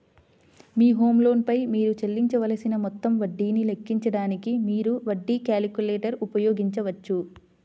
మీ home loan పై మీరు చెల్లించవలసిన మొత్తం వడ్డీని లెక్కించడానికి, మీరు వడ్డీ క్యాలిక్యులేటర్ ఉపయోగించవచ్చు